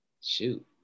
Shoot